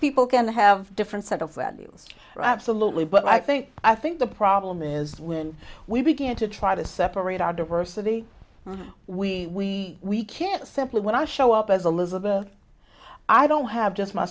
people can have different set of values absolutely but i think i think the problem is when we begin to try to separate our diversity we we can't simply when i show up as a listener i don't have just my